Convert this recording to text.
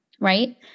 right